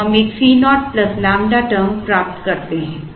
तो हम एक Co ƛ term प्राप्त कर सकते हैं